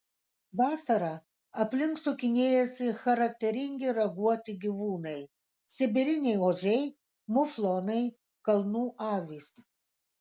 vasarą aplink sukinėjasi charakteringi raguoti gyvūnai sibiriniai ožiai muflonai kalnų avys